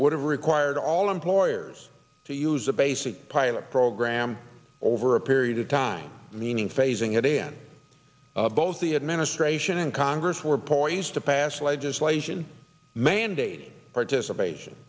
have required all employers to use the basic pilot program over a period of time meaning phasing it in both the administration and congress were poised to pass legislation mandated participation